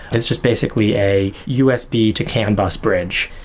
it's just basically a usb to can bus bridge.